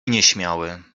nieśmiały